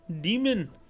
demon